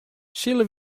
sille